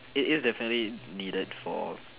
it is the fairly needed for